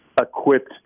equipped